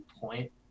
point